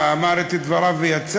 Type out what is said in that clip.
מה, אמר את דבריו ויצא?